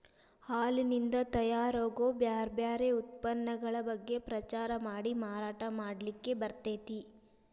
ಹಾಲಿನಿಂದ ತಯಾರ್ ಆಗೋ ಬ್ಯಾರ್ ಬ್ಯಾರೆ ಉತ್ಪನ್ನಗಳ ಬಗ್ಗೆ ಪ್ರಚಾರ ಮಾಡಿ ಮಾರಾಟ ಮಾಡ್ಲಿಕ್ಕೆ ಬರ್ತೇತಿ